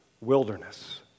wilderness